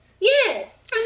Yes